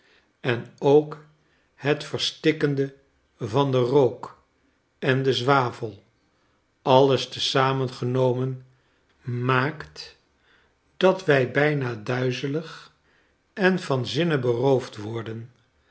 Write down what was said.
en ook het verstikkende van den rook en de zwavel alles te zamen genomen raaakt dat wij bijna duizelig en van zinnen beroofd worden